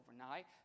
overnight